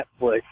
Netflix